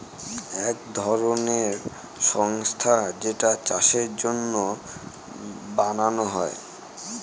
এক ধরনের সংস্থা যেইটা চাষের জন্য বানানো হয়